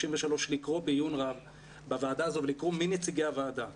33, ולקרוא מי נציגי הוועדה.